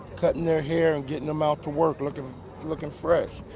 cuttin' their hair, and gettin' em out to work lookin lookin fresh.